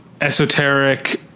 esoteric